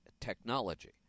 technology